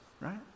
right